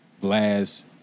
Glass